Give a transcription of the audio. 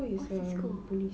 cisco is a police